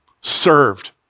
served